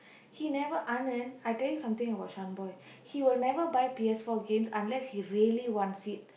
he never Anand I tell you something about Shaan boy he will never buy P_S-four games unless he really wants it